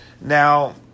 Now